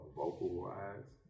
vocal-wise